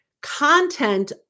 content